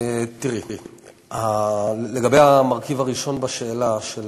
לגבי המרכיב הראשון בשאלה,